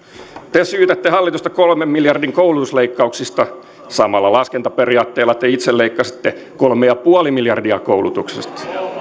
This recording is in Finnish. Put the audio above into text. te syytätte hallitusta kolmen miljardin koulutusleikkauksista samalla laskentaperiaatteella te itse leikkasitte kolme pilkku viisi miljardia koulutuksesta